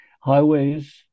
highways